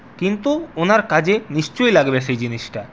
কিন্তু ওনার কাজে নিশ্চয়ই লাগবে সেই জিনিসটা